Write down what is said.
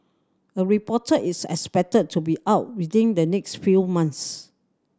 a reporter is expected to be out within the next few months